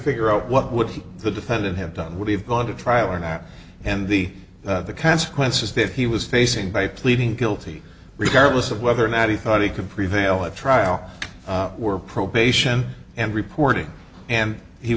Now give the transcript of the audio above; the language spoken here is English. figure out what would be the defendant have done would have gone to trial on that and the consequences that he was facing by pleading guilty regardless of whether or not he thought he could prevail at trial were probation and reporting and he